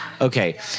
Okay